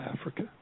Africa